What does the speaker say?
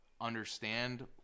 understand